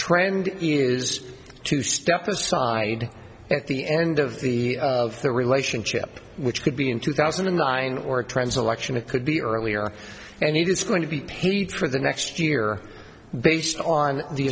trend is to step aside at the end of the of the relationship which could be in two thousand and nine or a trans election it could be earlier and it's going to be paid for the next year based on the